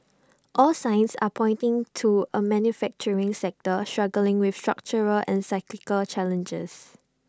all signs are pointing to A manufacturing sector struggling with structural and cyclical challenges